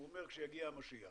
כשיגיע המשיח.